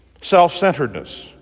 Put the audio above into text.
self-centeredness